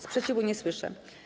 Sprzeciwu nie słyszę.